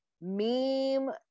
meme